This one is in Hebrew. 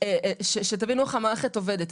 שתבינו איך המערכת עובדת,